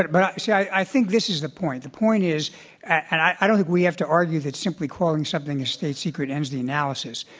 but but, see, i think this is the point. the point is and i don't think we have to argue that simply calling something a state secret ends the analysis.